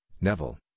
Neville